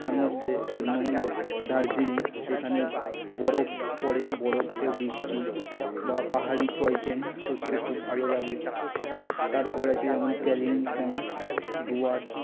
তার মধ্যে এক নম্বর দার্জিলিং এখানে বরফ পড়ে বরফের বৃষ্টি বা পাহাড়ি টয় ট্রেন চড়তে খুব ভালো লাগে তারপর আছে যেমন কালিম্পং ডুয়ার্স